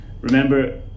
Remember